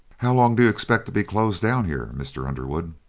how long do you expect to be closed down here, mr. underwood?